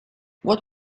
what